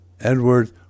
Edward